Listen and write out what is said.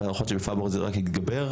וההערכות שבפברואר זה רק יתגבר,